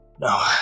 No